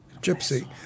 Gypsy